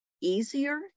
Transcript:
easier